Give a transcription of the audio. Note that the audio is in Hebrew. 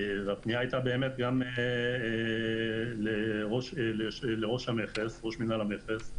הפנייה הייתה לראש מינהל המכס,